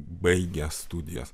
baigęs studijas